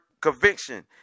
conviction